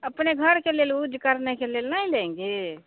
अपने घर के लेल उज करने के ले ले नहीं लेंगे